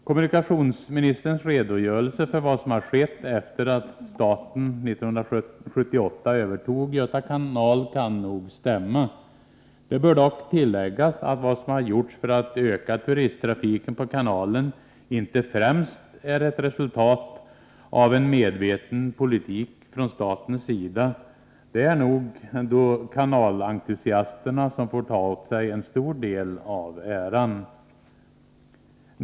Kommunikationsministerns redogörelse för vad som skett efter det att staten 1978 övertog Göta kanal kan nog stämma. Det bör dock tilläggas att vad som gjorts för att öka turisttrafiken på kanalen inte främst är ett resultat av en medveten politik från statens sida. Det är nog ändå kanalentusiasterna som får ta åt sig en stor del av äran.